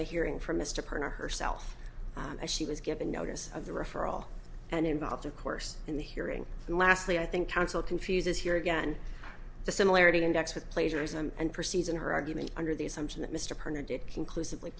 the hearing from mr parnell herself and she was given notice of the referral and involved of course in the hearing and lastly i think counsel confuses here again the similarity index with plagiarism and proceeds in her argument under the assumption that mr perna did conclusively